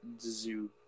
zoo